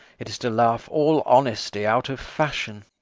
it is to laugh all honesty out of fashion.